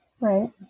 Right